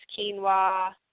quinoa